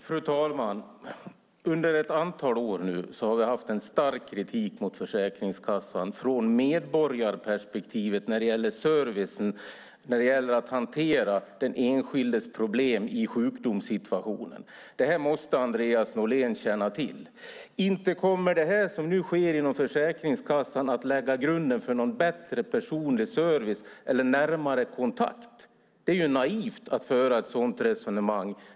Fru talman! Vi har under ett antal år framfört stark kritik mot Försäkringskassan när det, ur medborgarperspektiv, gällt servicen och hanteringen av den enskildes problem i sjukdomssituationen. Det måste Andreas Norlén känna till. Inte kommer det som nu sker inom Försäkringskassan att lägga grunden för någon bättre personlig service eller närmare kontakt. Det är naivt att föra ett sådant resonemang.